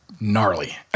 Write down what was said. gnarly